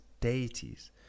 deities